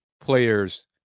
players